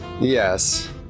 yes